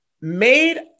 made